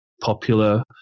popular